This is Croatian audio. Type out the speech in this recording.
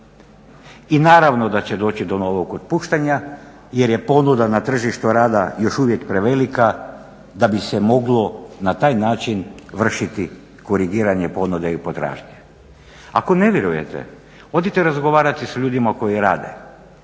I naravno da će doći do novog otpuštanja jer je ponuda na tržištu rada još uvijek prevelika da bi se moglo na taj način vršiti korigiranje ponude i potražnje. Ako ne vjerujete odite razgovarati sa ljudima koji rade